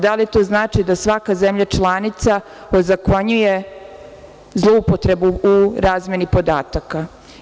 Da li to znači da svaka zemlja članica ozakonjuje zloupotrebu u razmeni podataka?